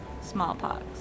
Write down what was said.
smallpox